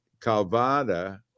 Calvada